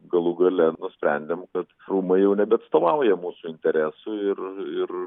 galų gale nusprendėm kad rūmai jau nebeatstovauja mūsų interesų ir ir